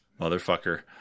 Motherfucker